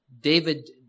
David